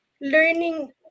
learning